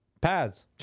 pads